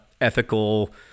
ethical